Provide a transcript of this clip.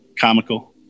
comical